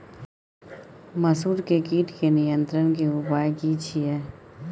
मसूर के कीट के नियंत्रण के उपाय की छिये?